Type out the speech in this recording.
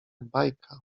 bajka